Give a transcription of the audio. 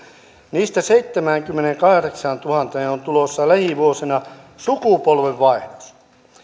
niistä seitsemäänkymmeneenkahdeksaantuhanteen on tulossa lähivuosina sukupolvenvaihdos